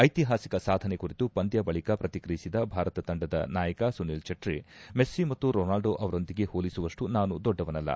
ಐತಿಹಾಸಿಕ ಸಾಧನೆ ಕುರಿತು ಪಂದ್ಯ ಬಳಿಕ ಪ್ರತಿಕ್ರಿಯಿಸಿದ ಭಾರತ ತಂಡದನಾಯಕ ಸುನಿಲ್ ಛೆಟ್ರಿ ಮೆಸ್ನಿ ಮತ್ತು ರೊನಾಲ್ಡೊ ಅವರೊಂದಿಗೆ ಹೋಲಿಸುವಪ್ಪು ನಾನು ದೊಡ್ಡವನ್ನಲ್ಲ